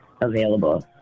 available